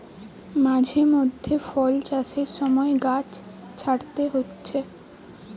মাঝে মধ্যে ফল চাষের সময় গাছ ছাঁটতে হচ্ছে